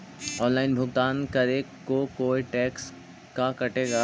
Online भुगतान करे को कोई टैक्स का कटेगा?